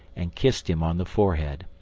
and kissed him on the forehead.